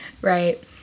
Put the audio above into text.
Right